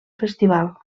festival